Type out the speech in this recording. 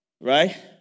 right